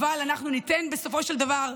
אבל בסופו של דבר,